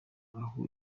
aho